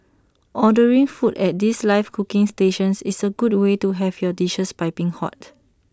ordering foods at these live cooking stations is A good way to have your dishes piping hot